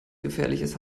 gefährliches